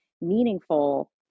meaningful